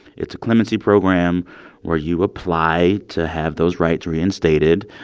it's a clemency program where you apply to have those rights reinstated.